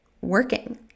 working